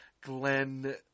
Glenn